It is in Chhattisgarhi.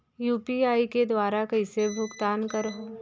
यू.पी.आई के दुवारा कइसे भुगतान करहों?